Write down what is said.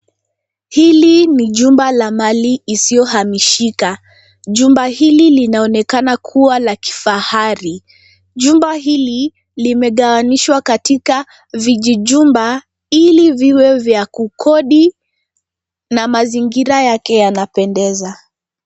Hili ni jumba la mali isiyohamishika. Jumba hili linaonekana kuwa la kifahari. Jumba hili limegawanishwa katika vijijumba ili viwe vya kukodi na mazingira yake yanapendeza.